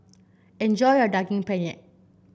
enjoy your Daging Penyet